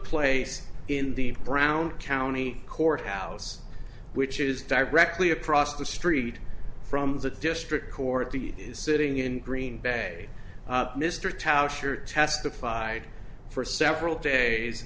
place in the brown county courthouse which is directly across the street from the district court the is sitting in green bay mr tauscher testified for several days